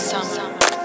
Summer